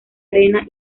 arena